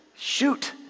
shoot